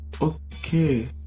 Okay